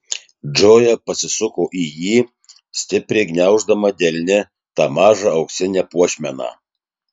džoja pasisuko į jį stipriai gniauždama delne tą mažą auksinę puošmeną